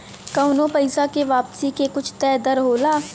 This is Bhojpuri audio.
कउनो पइसा के वापसी के कुछ तय दर होला